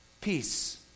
Peace